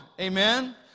Amen